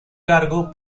cargo